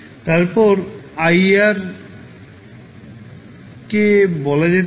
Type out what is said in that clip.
তারপরে iR কে বলা যেতে পারে